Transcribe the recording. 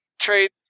trade